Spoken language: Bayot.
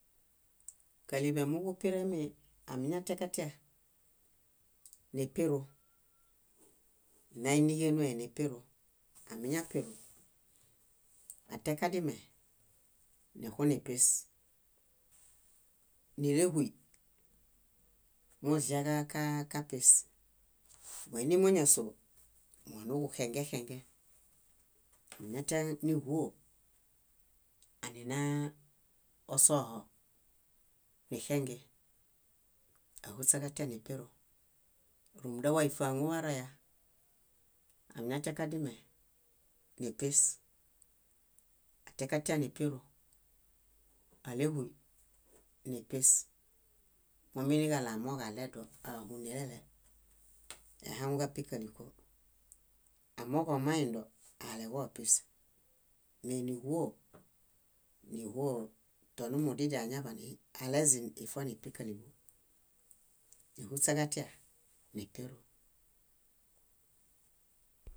. Káliḃo moġupiremi amiñatiaġatia nipiru, nina éniġenue nipiru. Amiñapiru, atiaġadime, nixunipis. Nílehuy, muzia ka- ka- kapis. Móinimoñasoo, monuġuxengexenge. Amiñatian níĥuo, aninaa osoho nixenge, áhuśaġatia nipiru. Rúmunda wáifaŋu waroya. Amiñatiakadime nipis, atiakatia nipiru, álehuy, nipis, mominiġaɭo amooġo aɭedo. Aihaŋukapi káliko, amooġo maindo, aleġopis. Méniĥuo, níĥuo tonumudidia añaḃaan alezim ífonipikaliḃi. Áhuśaġatia, nipiru.